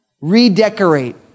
Redecorate